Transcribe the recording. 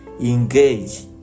engage